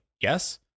yes